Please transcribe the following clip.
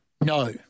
No